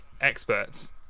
experts